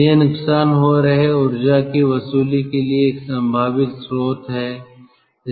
तो यह नुकसान हो रहे ऊर्जा की वसूली के लिए एक संभावित स्रोत है